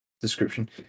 description